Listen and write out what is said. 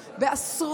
באמת,